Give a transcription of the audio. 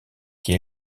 qui